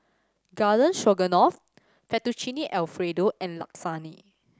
Garden Stroganoff Fettuccine Alfredo and Lasagne